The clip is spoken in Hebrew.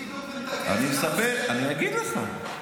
-- אתה יכול להגיד: נבדוק ונתקן --- אני אגיד לך.